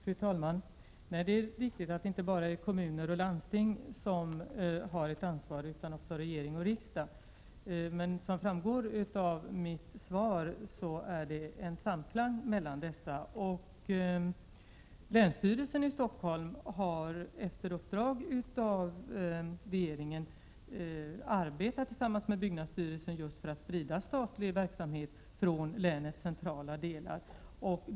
Fru talman! Det är riktigt att det inte bara är kommuner och landsting som har ett ansvar utan också regering och riksdag. Men som framgår av mitt svar är det en samverkan mellan dessa. Länsstyrelsen i Stockholm har efter uppdrag av regeringen arbetat tillsammans med byggnadsstyrelsen just för att sprida statlig verksamhet från länets centrala delar.